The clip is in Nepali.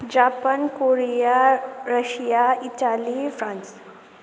Japan Korea Russia Italy France